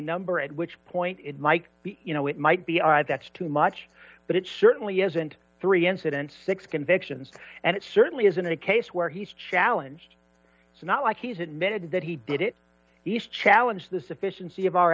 number at which point in mike you know it might be i that's too much but it certainly isn't three incidents six convictions and it certainly isn't a case where he's challenged it's not like he's admitted that he did it is challenge the sufficiency of our